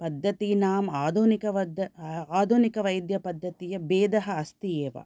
पद्धतीनां आधुनिकवैद्यपद्धती भेदः अस्ति एव